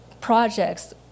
projects